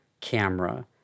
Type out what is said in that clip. camera